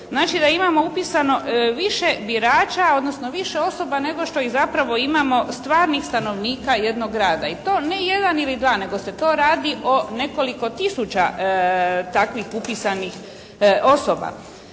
Znači da imamo upisano više birača odnosno više osoba nego što ih zapravo imamo stvarnih stanovnika jednog grada. I to ne jedan ili dva nego se to radi o nekoliko tisuća takvih upisanih osoba.